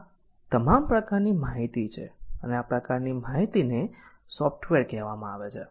આ તમામ પ્રકારની માહિતી છે અને આ પ્રકારની માહિતીને સોફ્ટવેર કહેવામાં આવે છે